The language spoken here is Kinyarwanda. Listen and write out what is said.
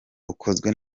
ukozwe